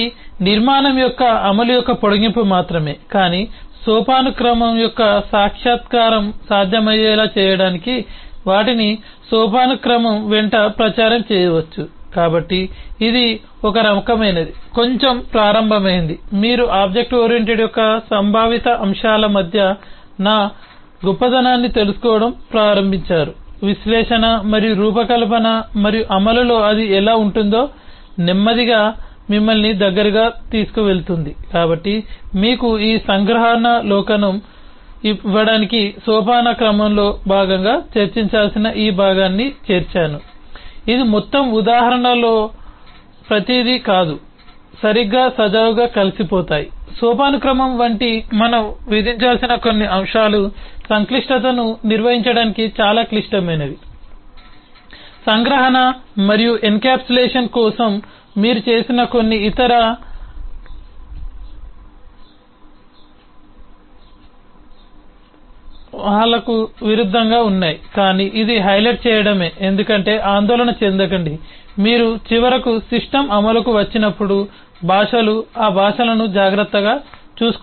అవి నిర్మాణం యొక్క అమలు యొక్క పొడిగింపు మాత్రమే కానీ సోపానక్రమం యొక్క సాక్షాత్కారం సాధ్యమయ్యేలా చేయడానికి వాటిని సోపానక్రమం వెంట ప్రచారం చేయవచ్చు కాబట్టి ఇది ఒక రకమైనది కొంచెం ప్రారంభమైంది మీరు ఆబ్జెక్ట్ ఓరియెంటెడ్ యొక్క సంభావిత అంశాల మధ్య నా గొప్పదాన్ని తెలుసుకోవడం ప్రారంభించారు విశ్లేషణ మరియు రూపకల్పన మరియు అమలులో ఇది ఎలా ఉంటుందో నెమ్మదిగా మిమ్మల్ని దగ్గరకు తీసుకువెళుతుంది కాబట్టి మీకు ఈ సంగ్రహావలోకనం ఇవ్వడానికి సోపానక్రమంలో భాగంగా చర్చించాల్సిన ఈ భాగాన్ని చేర్చాను ఇది ఈ మొత్తం ఉదాహరణలోని ప్రతిదీ కాదు సరిగ్గా సజావుగా కలిసిపోతాయి సోపానక్రమం వంటి మనము విధించాల్సిన కొన్ని అంశాలు సంక్లిష్టతను నిర్వహించడానికి చాలా క్లిష్టమైనవి సంగ్రహణ మరియు ఎన్కప్సులేషన్ కోసం మీరు చేసిన కొన్ని ఇతర సంగ్రహలకు విరుద్ధంగా ఉన్నాయి కానీ ఇది హైలైట్ చేయడమే ఎందుకంటే ఆందోళన చెందకండి మీరు చివరకు సిస్టమ్ అమలుకు వచ్చినప్పుడు భాషలు ఆ భాషలను జాగ్రత్తగా చూసుకోగలుగుతారు